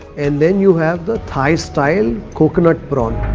and then you have the thai style coconut prawn.